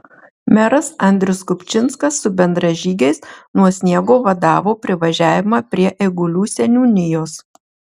meras andrius kupčinskas su bendražygiais nuo sniego vadavo privažiavimą prie eigulių seniūnijos